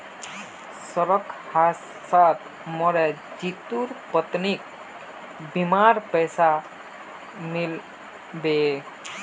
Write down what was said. सड़क हादसात मरे जितुर पत्नीक बीमार पैसा मिल बे